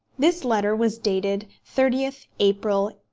this letter was dated thirtieth april,